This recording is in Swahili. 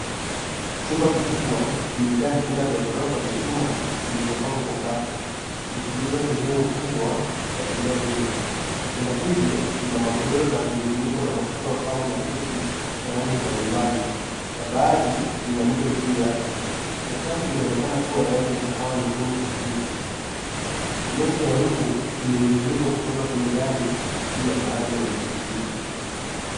Chumba kikubwa kimejaa vitanda vya ghorofa vya chuma vilivyopangwa kwa safu, vikijiza sehemu kubwa ya eneo hilo. Vitanda hivyo vina magodoro na vimefunikwa na mashuka au blanketi za rangi mbalimbali na baadhi vina mito juu yake. Sakafu inaonekana kuwa ya rangi ya kahawa nyekundu hafifu. Neti ya umbu imening'inizwa kutoka kwenye dari juu ya baadhi ya vitanda hivyo.